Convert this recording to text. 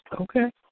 Okay